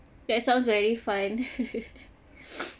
that sounds very fun